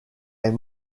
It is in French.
est